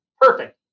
Perfect